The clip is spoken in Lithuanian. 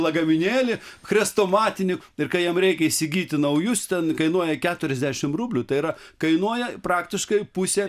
lagaminėlį chrestomatinį ir kai jam reikia įsigyti naujus ten kainuoja keturiasdešimt rublių tai yra kainuoja praktiškai pusę